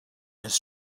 his